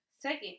second